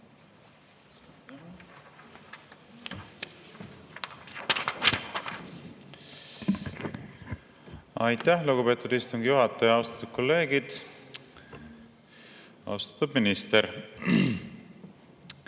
Aitäh, lugupeetud istungi juhataja! Austatud kolleegid! Austatud minister!